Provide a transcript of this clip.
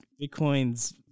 Bitcoin's